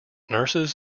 nurses